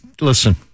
listen